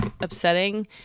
upsetting